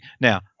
Now